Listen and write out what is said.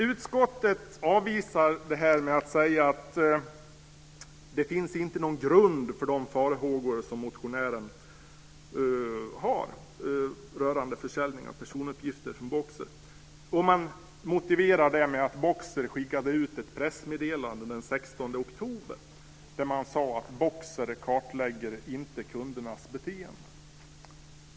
Utskottet avvisar detta med att säga att det inte finns någon grund för de farhågor som motionären har rörande försäljning av personuppgifter från Boxer. Man motiverar detta med att Boxer skickade ut ett pressmeddelande den 16 oktober där man sade att Boxer inte kartlägger kundernas beteende.